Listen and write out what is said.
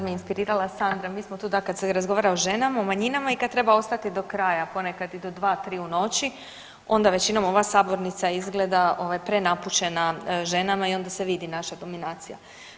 Sad me inspirirala Sandra, mi smo tu da kad se razgovara o ženama u manjinama i kad treba ostati do kraja ponekad i do 2, 3 u noć, onda većinom ova sabornica izgleda ovaj prenapučena ženama i onda se vidi naša dominacija.